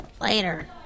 Later